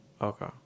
Okay